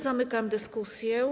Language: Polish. Zamykam dyskusję.